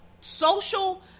social